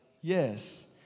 yes